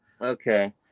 okay